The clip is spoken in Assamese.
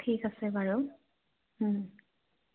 ঠিক আছে বাৰু